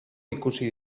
ikusi